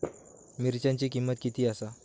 मिरच्यांची किंमत किती आसा?